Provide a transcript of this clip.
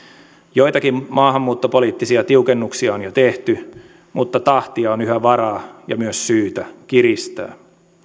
joitakin maahanmuuttopoliittisia tiukennuksia on jo tehty mutta tahtia on yhä varaa ja myös syytä kiristää